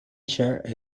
shared